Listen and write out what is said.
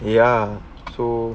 ya so